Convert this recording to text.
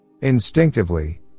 Instinctively